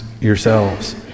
yourselves